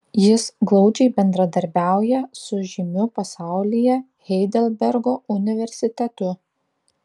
jis glaudžiai bendradarbiauja su žymiu pasaulyje heidelbergo universitetu